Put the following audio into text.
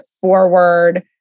forward